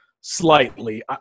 slightly